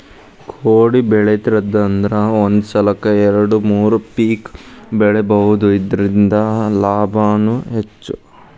ಕೊಡಿಬೆಳಿದ್ರಂದ ಒಂದ ಸಲಕ್ಕ ಎರ್ಡು ಮೂರು ಪಿಕ್ ಬೆಳಿಬಹುದು ಇರ್ದಿಂದ ಲಾಭಾನು ಹೆಚ್ಚ